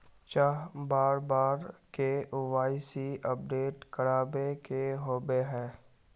चाँह बार बार के.वाई.सी अपडेट करावे के होबे है?